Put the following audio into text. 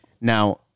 Now